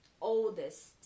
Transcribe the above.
oldest